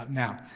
now,